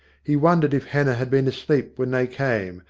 he wondered if hannah had been asleep when they came,